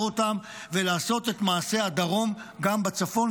אותם ולעשות את מעשה הדרום גם בצפון,